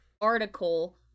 article